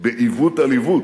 בעיוות על עיוות,